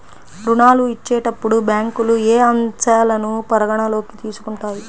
ఋణాలు ఇచ్చేటప్పుడు బ్యాంకులు ఏ అంశాలను పరిగణలోకి తీసుకుంటాయి?